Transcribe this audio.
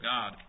God